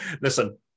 listen